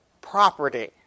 property